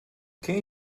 quem